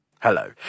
Hello